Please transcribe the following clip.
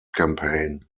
campaign